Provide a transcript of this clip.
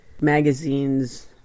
magazines